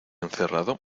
encerrado